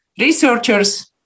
researchers